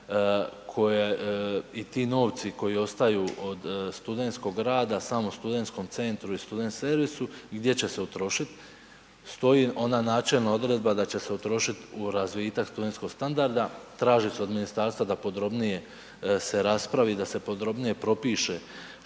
i ti novci koji ostaju od studentskog rada samo studentskom centru i student servisu i gdje će se utrošit, stoji ona načelna odredba da će se utrošit u razvitak studentskog standarda, traži se od ministarstva da podrobnije se raspravi i da se podrobnije propiše što je to